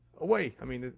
away. i mean,